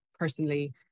personally